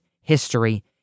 history